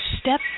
Step